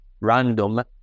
random